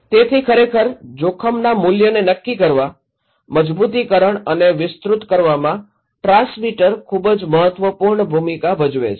તેથી ખરેખર જોખમના મૂલ્યને નક્કી કરવા મજબૂતીકરણ અને વિસ્તૃત કરવામાં ટ્રાન્સમીટર ખૂબ જ મહત્વપૂર્ણ ભૂમિકા ભજવે છે